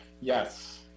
Yes